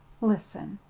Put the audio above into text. listen.